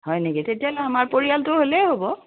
হয় নেকি তেতিয়াহ'লে আমাৰ পৰিয়ালটো হ'লেই হ'ব